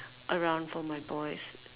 around for my boys